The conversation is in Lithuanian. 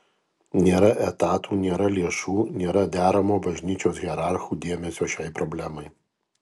nėra etatų nėra lėšų nėra deramo bažnyčios hierarchų dėmesio šiai problemai